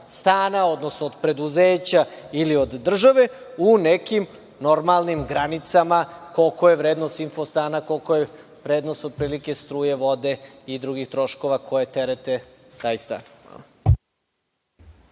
odnosno od preduzeća ili od države u nekim normalnim granicama koliko je vrednost infostana, kolika je vrednost, otprilike, struje, vode i drugih troškova koji terete taj stan.